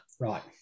Right